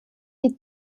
die